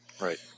Right